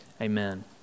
Amen